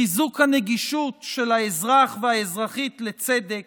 לחיזוק הנגישות של האזרח והאזרחית לצדק